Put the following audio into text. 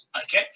okay